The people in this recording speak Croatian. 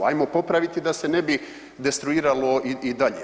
Hajmo popraviti da se ne bi destruiralo i dalje.